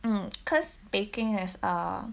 mm cause baking is a